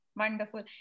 Wonderful